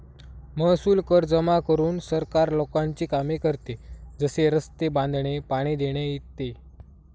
महसूल कर जमा करून सरकार लोकांची कामे करते, जसे रस्ते बांधणे, पाणी देणे इ